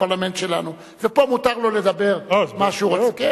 הפרלמנט שלנו ופה מותר לו לדבר מה שהוא רוצה.